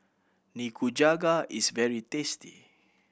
nikujaga is very tasty